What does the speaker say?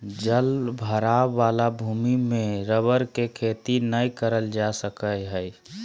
जल भराव वाला भूमि में रबर के खेती नय करल जा सका हइ